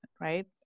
Right